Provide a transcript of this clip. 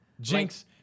Jinx